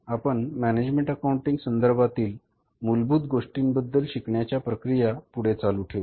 तर आपण management accounting संदर्भातील मूलभूत गोष्टींबद्दल शिकण्याची प्रक्रिया पुढे चालू ठेऊ